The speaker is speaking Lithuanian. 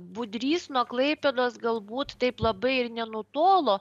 budrys nuo klaipėdos galbūt taip labai ir nenutolo